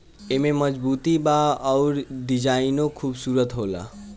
एमे मजबूती बा अउर डिजाइनो खुबसूरत होला